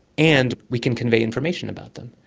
and we can convey information about them.